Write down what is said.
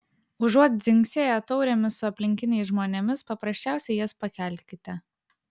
užuot dzingsėję taurėmis su aplinkiniais žmonėmis paprasčiausiai jas pakelkite